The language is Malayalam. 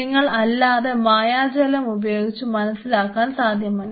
നിങ്ങൾക്ക് അല്ലാതെ മായാജാലം ഉപയോഗിച്ച് മനസ്സിലാക്കാൻ സാധിക്കില്ല